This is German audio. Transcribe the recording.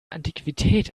antiquität